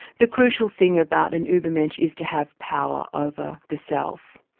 the crucial thing about an ubermensch is to have power over the self.